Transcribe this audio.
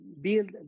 build